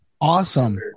Awesome